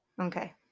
Okay